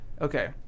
okay